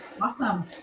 Awesome